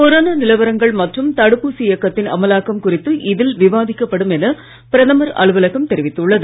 corona நிலவரங்கள் மற்றும் தடுப்பூசி இயக்கத்தின் அமலாக்கம் குறித்து இதில் விவாதிக்கப்படும் என பிரதமர் அலுவலகம் தெரிவித்துள்ளது